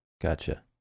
gotcha